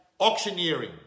auctioneering